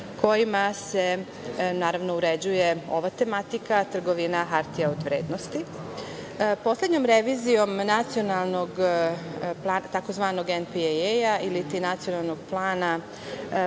kojima se, naravno, uređuje ova tematika, trgovina hartija od vrednosti. Poslednjom revizijom nacionalnog tzv. NPI-a iliti Nacionalnog plana